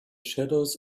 shadows